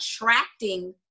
attracting